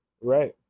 Right